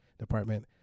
department